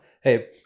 Hey